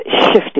shifting